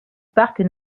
parc